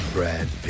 Brad